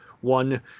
one